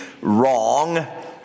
wrong